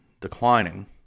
declining